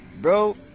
bro